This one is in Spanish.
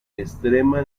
extrema